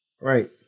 Right